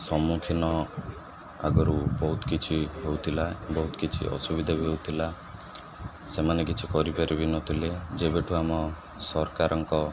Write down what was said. ସମ୍ମୁଖୀନ ଆଗରୁ ବହୁତ କିଛି ହଉଥିଲା ବହୁତ କିଛି ଅସୁବିଧା ବି ହଉଥିଲା ସେମାନେ କିଛି କରିପାରି ବି ନଥିଲେ ଯେବେଠୁ ଆମ ସରକାରଙ୍କ